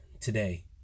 today